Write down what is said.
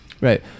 right